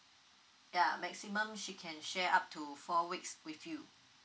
ya maximum she can share up to four weeks with you